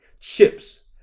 chips